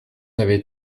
n’avait